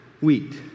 wheat